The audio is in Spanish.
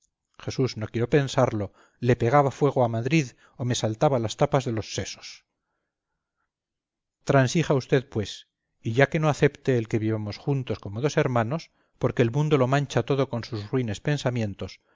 hambre o frío o jesús no quiero pensarlo le pegaba fuego a madrid o me saltaba la tapa de los sesos transija usted pues y ya que no acepte el que vivamos juntos como dos hermanos porque el mundo lo mancha todo con sus ruines pensamientos consienta que le señale una